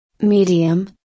Medium